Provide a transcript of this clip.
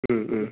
उम उम